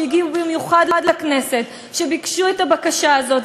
שהגיעו במיוחד לכנסת וביקשו את הבקשה הזאת.